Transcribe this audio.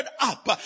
up